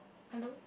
hello